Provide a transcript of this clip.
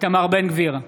איתמר בן גביר,